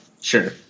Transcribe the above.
Sure